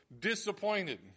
disappointed